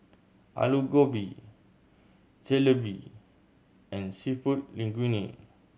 Alu Gobi Jalebi and Seafood Linguine